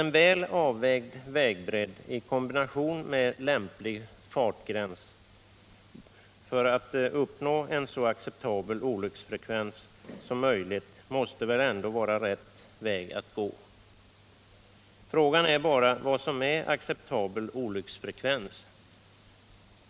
En väl avvägd vägbredd i kombination med lämplig fartgräns måste väl då vara det rätta sättet att uppnå en så acceptabel olycksfrekvens som möjligt. Frågan är bara vad som är acceptabel olycksfrekvens.